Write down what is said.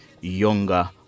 younger